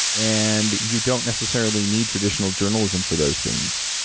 and you don't necessarily need traditional journalism for those things.